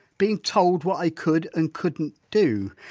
being told what i could and couldn't do!